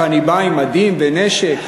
אני בא עם מדים ונשק.